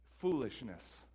Foolishness